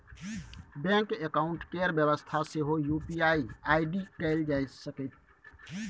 bank account केर बेबस्था सेहो यु.पी.आइ आइ.डी कएल जा सकैए